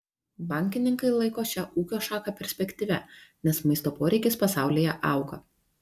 bankininkai laiko šią ūkio šaką perspektyvia nes maisto poreikis pasaulyje auga